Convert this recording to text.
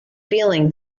feeling